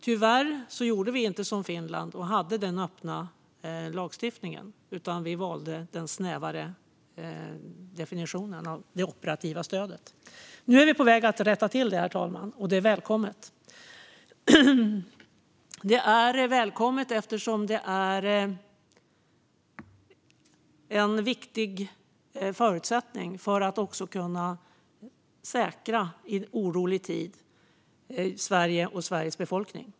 Tyvärr gjorde vi inte som Finland som hade en öppen lagstiftning, utan vi valde en snävare definition av operativt stöd. Nu är vi på väg att rätta till detta, herr talman, och det är välkommet. Det är välkommet eftersom det är en viktig förutsättning för att i en orolig tid kunna säkra Sverige och Sveriges befolkning.